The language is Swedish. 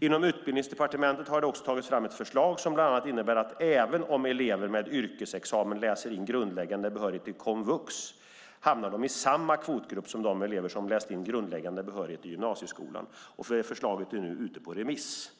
Inom Utbildningsdepartementet har det också tagits fram ett förslag som bland annat innebär att även om elever med yrkesexamen läser in grundläggande behörighet i komvux hamnar de i samma kvotgrupp som de elever som läst in grundläggande behörighet i gymnasieskolan. Förslaget är nu ute på remiss.